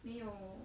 没有